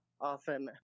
often